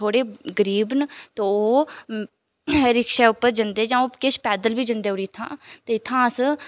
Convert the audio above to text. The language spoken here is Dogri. थोह्ड़े गरीब न ते ओह् रिक्शा उप्पर जंदे जां ओह् किश पैदल बी जंदे ओड़ी इ'त्थां ते इ'त्थां अस